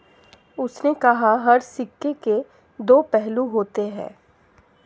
उसने कहा हर सिक्के के दो पहलू होते हैं